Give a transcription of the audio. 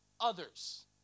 others